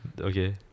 okay